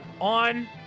on